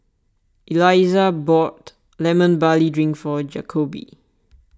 Elizah bought Lemon Barley Drink for Jakobe